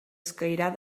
escairar